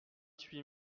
huit